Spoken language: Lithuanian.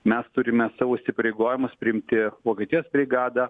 mes turime savo įsipareigojimus priimti vokietijos brigadą